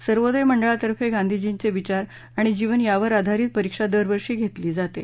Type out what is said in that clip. सर्वोदय मंडळातर्फे गांधीजींचे विचार आणि जीवन यावर आधारित परिक्षा दरवर्षी घेतली जाते